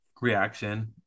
reaction